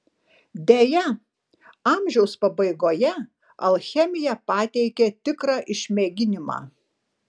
deja amžiaus pabaigoje alchemija pateikė tikrą išmėginimą